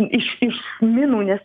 iš iš minų nes